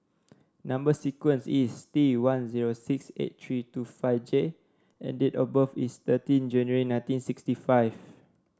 number sequence is T one zero six eight three two five J and date of birth is thirty January nineteen sixty five